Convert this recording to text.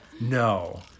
no